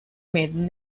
maiden